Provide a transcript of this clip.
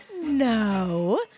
No